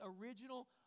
original